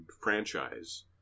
franchise